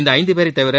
இந்த ஐந்தபேரை தவிர